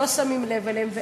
אנחנו לא שמים לב אליהן,